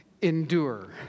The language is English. endure